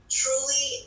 truly